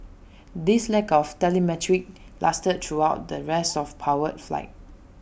this lack of telemetry lasted throughout the rest of powered flight